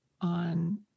on